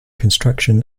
construction